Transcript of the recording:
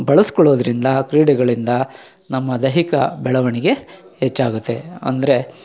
ಬಳಸಿಕೊಳ್ಳೋದ್ರಿಂದ ಕ್ರೀಡೆಗಳಿಂದ ನಮ್ಮ ದೈಹಿಕ ಬೆಳವಣಿಗೆ ಹೆಚ್ಚಾಗುತ್ತೆ ಅಂದರೆ